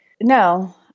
no